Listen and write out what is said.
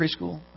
preschool